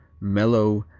mellow,